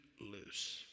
loose